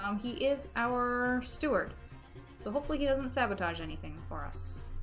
um he is our stuart so hopefully he doesn't sabotage anything for us